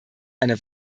einer